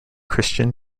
christian